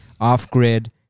off-grid